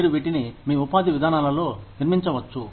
మీరు వీటిని మీ ఉపాధి విధానాలలో నిర్మించవచ్చు